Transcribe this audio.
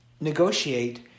negotiate